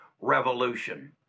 revolution